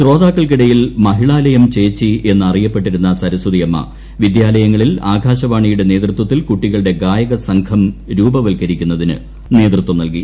ശ്രോതാക്കൾക്കിടയിൽ മഹിളാലയം ചേച്ചി എന്ന് അറിയപ്പെട്ടിരുന്ന സരസ്വതി അമ്മ വിദ്യാലയങ്ങളിൽ ആകാശവാണിയുടെ നേതൃത്വത്തിൽ കുട്ടികളുടെ ഗായകസംഘം രൂപവൽക്കരിക്കുന്നതിന് നേതൃത്വം നൽകി